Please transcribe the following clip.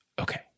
Okay